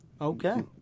Okay